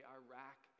iraq